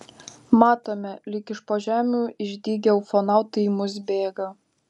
matome lyg iš po žemių išdygę ufonautai į mus bėga